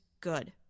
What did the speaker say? good